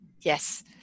Yes